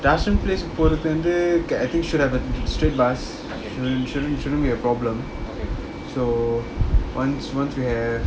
place போறதுவந்து:porathu vandhu get I think should have a straight bus shouldn't shouldn't be a problem so once once we have